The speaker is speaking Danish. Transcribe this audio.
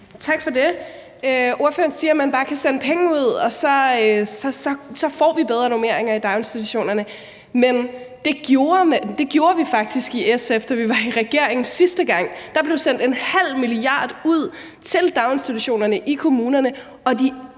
Tak for det. Ordføreren siger, at man bare kan sende penge ud og så får vi bedre normeringer i daginstitutionerne. Men det gjorde vi faktisk i SF, da vi var i regering sidste gang. Der blev sendt 0,5 mia. kr. ud til daginstitutionerne i kommunerne, og det